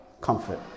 comfort